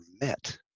met